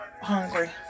hungry